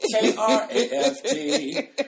k-r-a-f-t